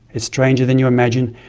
it's stranger than you imagine.